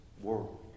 world